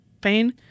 pain